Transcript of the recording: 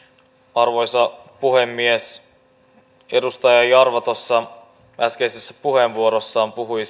arvoisa puhemies edustaja jarva tuossa äskeisessä puheenvuorossaan puhui